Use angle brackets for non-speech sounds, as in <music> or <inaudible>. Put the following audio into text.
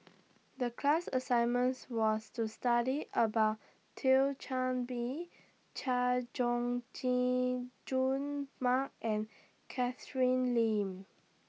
The class assignments was to study about Thio Chan Bee Chay Jung <unintelligible> Jun Mark and Catherine Lim